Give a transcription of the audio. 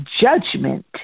judgment